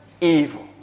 evil